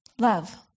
Love